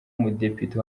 umudepite